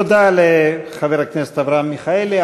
תודה לחבר הכנסת אברהם מיכאלי.